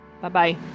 Bye-bye